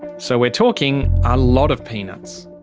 so we're talking a lot of peanuts.